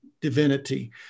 divinity